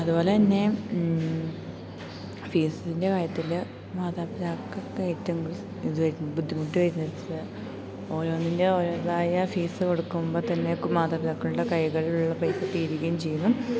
അ തുപോലെ തന്നെ ഫീസിൻ്റെ കാര്യത്തിൽ മാതാപിതാക്കൾക്ക് ഏറ്റവും ഇത് ബുദ്ധിമുട്ട് വരുന്നത് ഓരോന്നിൻ്റെ ഓരേതായ ഫീസ് കൊടുക്കുമ്പോൾ തന്നെയൊക്കെ മാതാപിതാക്കളുടെ കൈകളിലുള്ള പൈസ തീരുകയും ചെയ്യുന്നു